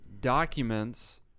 documents